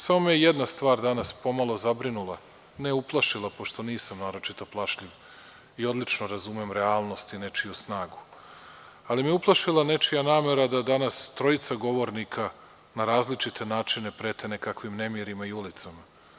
Samo me je jedna stvar pomalo zabrinula, ne uplašila pošto nisam naročito plašljiv i odlično razumem realnost i nečiju snagu, ali me uplašila nečija namera da danas trojica govornika na različite načine prete nekakvim nemirima i ulicama.